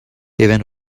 even